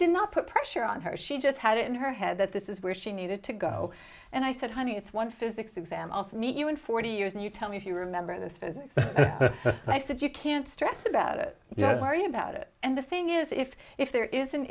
did not put pressure on her she just had it in her head that this is where she needed to go and i said honey it's one physics exam of meet you in forty years and you tell me if you remember this physics and i said you can't stress about it yeah worry about it and the thing is if if there is an